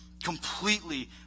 completely